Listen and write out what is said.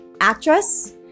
actress